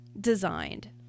designed